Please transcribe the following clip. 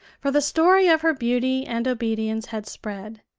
for the story of her beauty and obedience had spread,